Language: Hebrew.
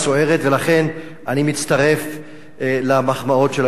לכן, אני מצטרף למחמאות של היושב-ראש.